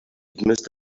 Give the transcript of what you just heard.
must